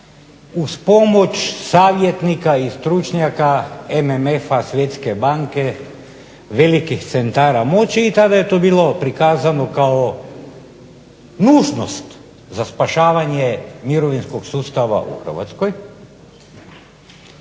uz pomoć savjetnika i stručnjaka MMF-a, Svjetske banke, velikih centara moći i tada je to bilo prikazano kao nužnost za spašavanje mirovinskog sustava u Hrvatskoj.